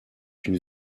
une